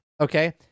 okay